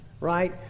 Right